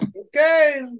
Okay